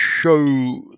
show